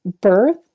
birth